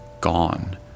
gone